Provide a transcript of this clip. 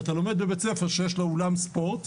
אתה לומד בבית-ספר שיש לו אולם ספורט,